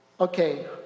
Okay